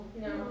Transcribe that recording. No